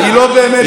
אם אתה רוצה.